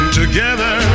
together